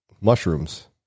mushrooms